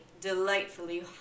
delightfully